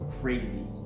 crazy